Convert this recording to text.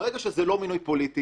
ברגע שזה לא מינוי פוליטי,